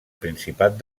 principat